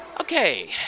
Okay